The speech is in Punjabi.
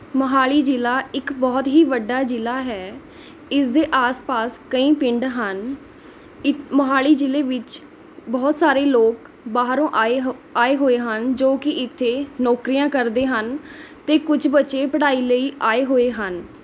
ਮੋਹਾਲੀ ਜ਼ਿਲ੍ਹਾ ਇੱਕ ਬਹੁਤ ਹੀ ਵੱਡਾ ਜ਼ਿਲ੍ਹਾ ਹੈ ਇਸ ਦੇ ਆਸ ਪਾਸ ਕਈ ਪਿੰਡ ਹਨ ੲ ਮੋਹਾਲੀ ਜ਼ਿਲ੍ਹੇ ਵਿੱਚ ਬਹੁਤ ਸਾਰੇ ਲੋਕ ਬਾਹਰੋਂ ਆਏ ਹੋ ਆਏ ਹੋਏ ਹਨ ਜੋ ਕਿ ਇੱਥੇ ਨੌਕਰੀਆਂ ਕਰਦੇ ਹਨ ਅਤੇ ਕੁਝ ਬੱਚੇ ਪੜ੍ਹਾਈ ਲਈ ਆਏ ਹੋਏ ਹਨ